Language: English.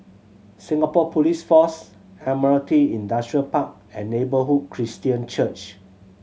Singapore Police Force Admiralty Industrial Park and Neighbourhood Christian Church